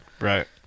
Right